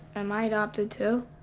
am i adopted too?